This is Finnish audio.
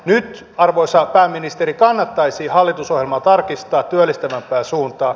nyt arvoisa pääministeri kannattaisi hallitusohjelmaa tarkistaa työllistävämpään suuntaan